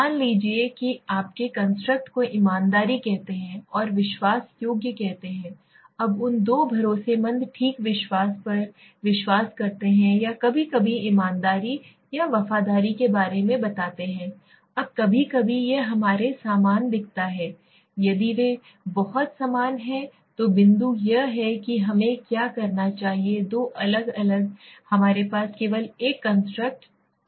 मान लीजिए आपकेकंस्ट्रक्टको ईमानदारी कहते हैं और विश्वास योग्य कहते हैं अब उन दो भरोसेमंद ठीक विश्वास पर विश्वास करते हैं या कभी कभी ईमानदारी या वफादारी के बारे में बताते हैं अब कभी कभी यह हमारे समान दिखता है यदि वे बहुत समान हैं तो बिंदु यह है कि हमें क्या करना चाहिए दो अलग हमारे पास केवल एक कंस्ट्रक्ट हो सकता है